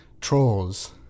Trolls